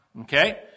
Okay